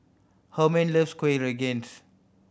Hermann loves Kueh Rengas